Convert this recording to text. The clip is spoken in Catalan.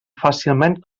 fàcilment